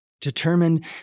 determined